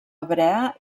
hebrea